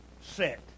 set